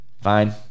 fine